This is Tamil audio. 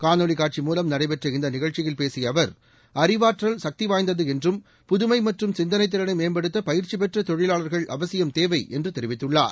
காணொலிக் காட்சி மூலம் நடைபெற்ற இந்த நிகழ்ச்சியில் பேசிய அவர் அறிவாற்றல் சக்தி வாய்ந்தது என்றும் புதுமை மற்றும் சிந்தனைத் திறனை மேம்படுத்த பயிற்சி பெற்ற தொழிலாளர்கள் அவசியம் தேவை என்று தெரிவித்துள்ளார்